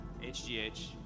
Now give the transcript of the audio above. HGH